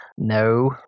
No